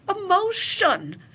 emotion